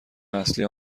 اصلی